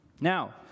Now